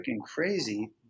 crazy